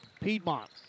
Piedmont